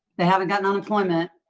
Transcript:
they haven't got unemployment.